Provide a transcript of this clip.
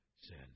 sin